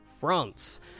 France